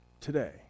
today